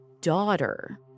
daughter